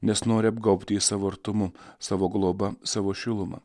nes nori apgaubti jį savo artumu savo globa savo šiluma